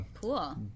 Cool